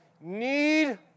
need